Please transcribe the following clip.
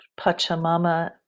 Pachamama